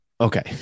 Okay